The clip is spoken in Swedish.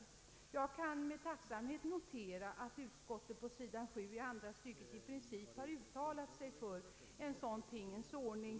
Jag noterar med tacksamhet att utskottet på sidan 7, andra stycket, i princip har uttalat sig för en sådan tingens ordning.